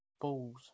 balls